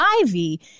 Ivy